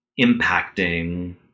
impacting